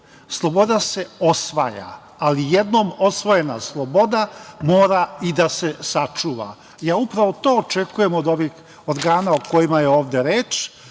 sloboda se osvaja, ali jednom osvojena sloboda mora i da se sačuva. Upravo to očekujem od ovih organa o kojima je reč,